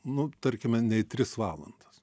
nu tarkime nei tris valandas